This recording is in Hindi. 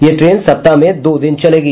यह ट्रेन सप्ताह में दो दिन चलेगी